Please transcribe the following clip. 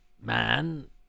Man